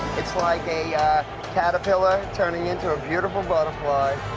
it's like a caterpillar turning into a beautiful butterfly.